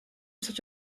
such